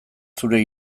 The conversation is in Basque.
zeure